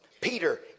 Peter